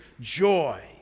joy